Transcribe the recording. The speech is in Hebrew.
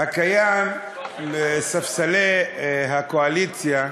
הקיים בספסלי הקואליציה,